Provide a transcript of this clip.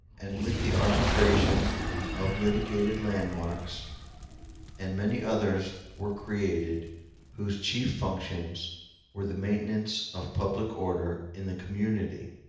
and with the arbitration of litigated landmarks and many others were created whose chief functions were the maintenance of public order in the community.